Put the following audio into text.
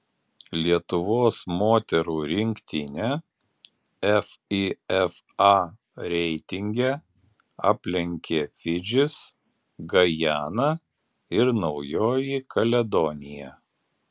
lietuvos moterų rinktinę fifa reitinge aplenkė fidžis gajana ir naujoji kaledonija